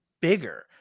bigger